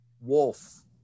wolf